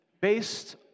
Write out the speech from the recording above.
based